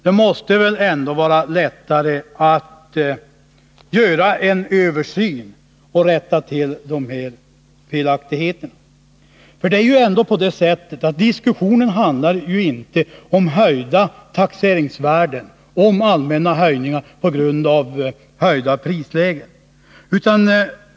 Det måste väl ändå vara lättare att göra en översyn och rätta till dessa felaktigheter. Diskussionen handlar ju inte om allmänna höjningar av taxeringsvärden på grund av höjda prislägen.